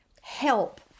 help